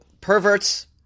perverts